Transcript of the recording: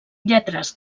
lletres